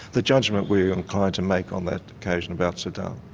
the judgment we are inclined to make on that occasion about saddam,